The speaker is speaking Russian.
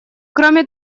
кроме